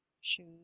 shoes